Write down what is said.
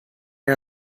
are